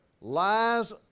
lies